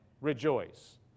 rejoice